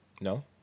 No